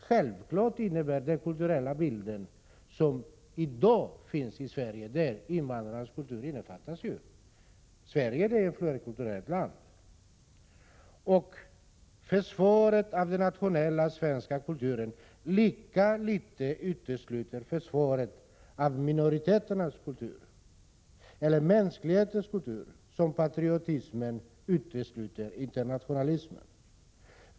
Självfallet innebär den kulturella bild som i dag finns i Sverige och där invandrarnas kultur ju innefattas — för Sverige är ett flerkulturellt land — att försvaret av den nationella svenska kulturen lika litet utesluter försvaret av minoriteternas eller mänsklighetens kultur som patriotismen utesluter internationalismen.